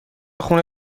خون